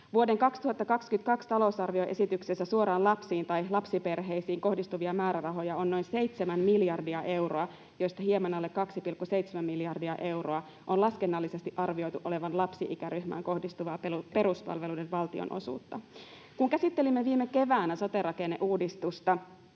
Vuoden 2022 talousarvioesityksessä suoraan lapsiin tai lapsiperheisiin kohdistuvia määrärahoja on noin 7 miljardia euroa, joista hieman alle 2,7 miljardia euroa on laskennallisesti arvioitu olevan lapsi-ikäryhmään kohdistuvaa peruspalveluiden valtionosuutta. Kun käsittelimme viime keväänä sote-rakenneuudistusta,